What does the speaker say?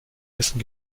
wissen